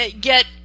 get